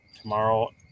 tomorrow